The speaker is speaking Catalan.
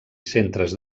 centres